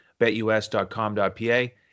betus.com.pa